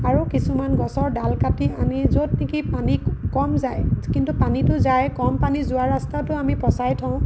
আৰু কিছুমান গছৰ ডাল কাটি আনি য'ত নেকি পানী কম যায় কিন্তু পানীটো যায় কম পানী যোৱা ৰাস্তাতো আমি পচাই থওঁ